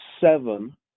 seven